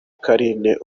carine